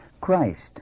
Christ